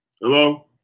Hello